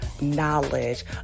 knowledge